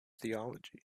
theology